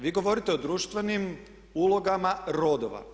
Vi govorite o društvenim ulogama rodova.